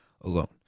alone